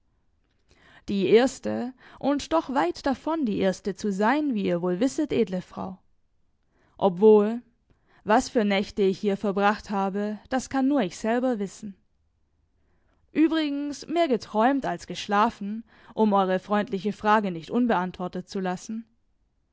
die erste und doch weit davon die erste zu sein wie ihr wohl wisset edle frau obwohl was für nächte ich hier verbracht habe das kann nur ich selber wissen übrigens mehr geträumt als geschlafen um eure freundliche frage nicht unbeantwortet zu lassen